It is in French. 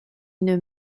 une